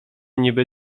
niby